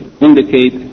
indicate